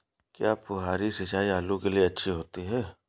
क्या फुहारी सिंचाई आलू के लिए अच्छी होती है?